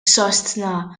sostna